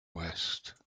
west